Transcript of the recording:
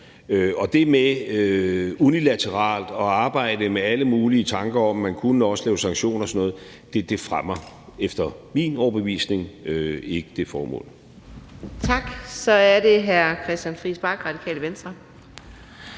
Det med unilateralt at arbejde med alle mulige tanker om, at man kunne lave sanktioner og sådan noget, fremmer efter min overbevisning ikke det formål.